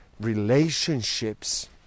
Relationships